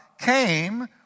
came